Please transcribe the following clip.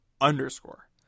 underscore